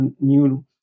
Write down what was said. new